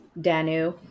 Danu